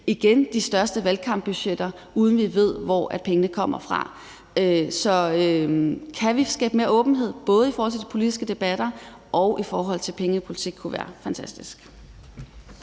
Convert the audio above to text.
se de store valgkampbudgetter, uden vi ved, hvor pengene kommer fra. Så kan vi skabe mere åbenhed, både i forhold til de politiske debatter og i forhold til penge i politik, kunne det være fantastisk.